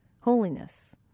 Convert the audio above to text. holiness